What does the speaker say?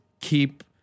keep